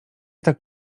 tak